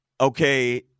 okay